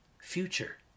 future